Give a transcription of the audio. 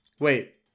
Wait